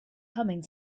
humming